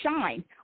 shine